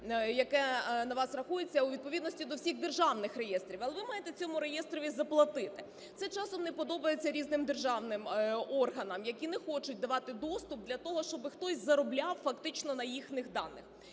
яке на вас рахується у відповідності до всіх державних реєстрів. Але ви маєте цьому реєстрові заплатити. Це часом не подобається різним державним органам, які не хочуть давати доступ для того, щоб хтось заробляв фактично на їхніх даних.